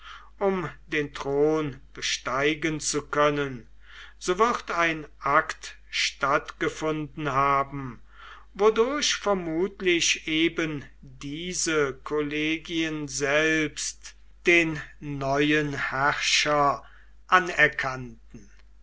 um den thron besteigen zu können so wird ein akt stattgefunden haben wodurch vermutlich eben diese kollegien selbst den neuen herrscher anerkannten